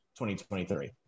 2023